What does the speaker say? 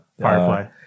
Firefly